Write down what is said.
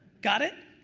got it?